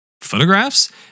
photographs